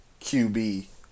QB